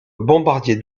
bombardier